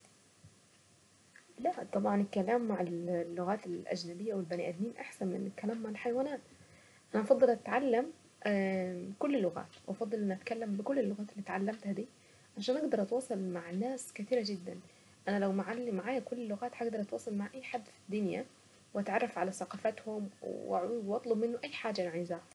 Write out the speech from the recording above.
لا طبعا الكلام مع اللغات الاجنبية والبني ادمين احسن من الكلام مع الحيوانات. انا افضل اتعلم كل اللغات وافضل اني اتكلم بكل اللغات اللي تعلمتها دي. عشان اقدر اتواصل مع ناس كثيرة جدا. انا لو معي كل اللغات هقدر اتواصل مع اي حد في الدنيا واتعرف على ثقافاتهم واطلب منه اي حاجة انا عايزاها.